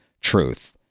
truth